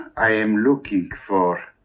ah am looking for